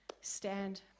stand